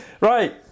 Right